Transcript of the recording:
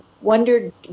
wondered